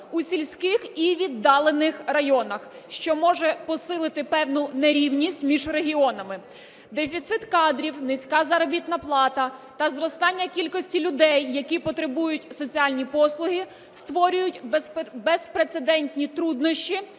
у сільських і віддалених районах, що може посилити певну нерівність між регіонами. Дефіцит кадрів, низька заробітна плата та зростання кількості людей, які потребують соціальні послуги, створюють безпрецедентні труднощі